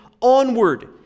onward